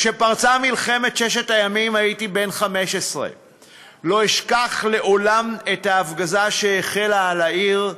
כשפרצה מלחמת ששת הימים הייתי בן 15. לא אשכח לעולם את ההפגזה שהחלה על העיר.